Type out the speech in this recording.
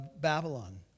Babylon